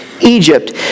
Egypt